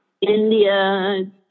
India